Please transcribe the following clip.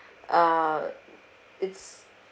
uh it's